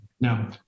Now